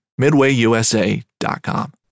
MidwayUSA.com